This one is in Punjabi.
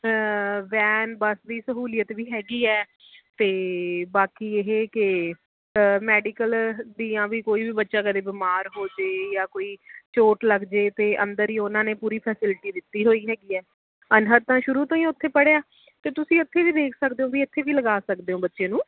ਵੈਨ ਬੱਸ ਦੀ ਸਹੂਲੀਅਤ ਵੀ ਹੈਗੀ ਹੈ ਅਤੇ ਬਾਕੀ ਇਹ ਕਿ ਮੈਡੀਕਲ ਦੀਆਂ ਵੀ ਕੋਈ ਵੀ ਬੱਚਾ ਕਦੇ ਬਿਮਾਰ ਹੋਜੇ ਜਾਂ ਕੋਈ ਚੋਟ ਲੱਗ ਜੇ ਅਤੇ ਅੰਦਰ ਹੀ ਉਹਨਾਂ ਨੇ ਪੂਰੀ ਫੈਸਿਲਿਟੀ ਦਿੱਤੀ ਹੋਈ ਹੈਗੀ ਹੈ ਅਨਹਦ ਤਾਂ ਸ਼ੁਰੂ ਤੋਂ ਹੀ ਉੱਥੇ ਪੜ੍ਹਿਆ ਅਤੇ ਤੁਸੀਂ ਉੱਥੇ ਵੀ ਦੇਖ ਸਕਦੇ ਹੋ ਵੀ ਇੱਥੇ ਵੀ ਲਗਾ ਸਕਦੇ ਹੋ ਬੱਚੇ ਨੂੰ